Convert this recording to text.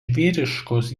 vyriškos